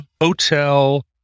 hotel